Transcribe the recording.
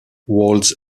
walls